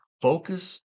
focus